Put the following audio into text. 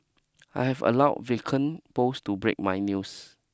I have allow vacant post to break my news